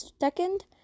second